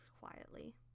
quietly